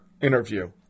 interview